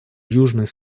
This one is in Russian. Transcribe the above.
южный